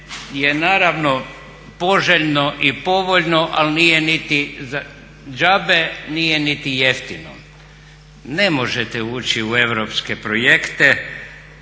je naravno poželjno i povoljno ali nije niti za džabe, nije niti jeftino. Ne možete ući u europske projekte